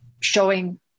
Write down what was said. showing